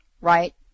right